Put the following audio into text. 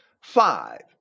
five